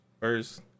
First